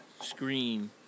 screen